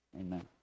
amen